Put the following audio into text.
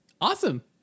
Awesome